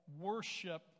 worship